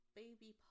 baby